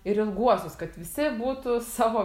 ir ilguosius kad visi būtų savo